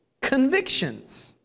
convictions